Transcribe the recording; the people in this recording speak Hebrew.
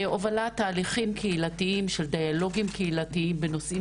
הובלת תהליכים קהילתיים של דיאלוגים קהילתיים בנושאים